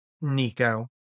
Nico